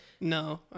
No